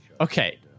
Okay